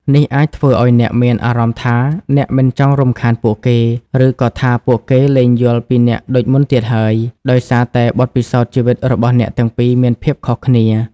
នេះអាចធ្វើឲ្យអ្នកមានអារម្មណ៍ថា អ្នកមិនចង់រំខានពួកគេ ឬក៏ថាពួកគេលែងយល់ពីអ្នកដូចមុនទៀតហើយ ដោយសារតែបទពិសោធន៍ជីវិតរបស់អ្នកទាំងពីរមានភាពខុសគ្នា។